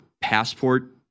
passport